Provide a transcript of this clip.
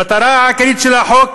המטרה העיקרית של החוק,